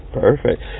Perfect